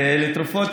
תרופות,